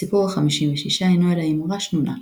הסיפור החמישים ושישה אינו אלא אמרה שנונה,